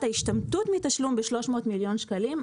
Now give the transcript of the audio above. ההשתמטות מתשלום ב-300 מיליון שקלים.